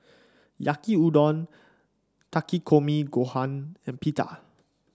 Yaki Udon Takikomi Gohan and Pita